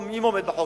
או אם עומד בחוק,